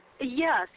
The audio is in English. Yes